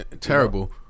Terrible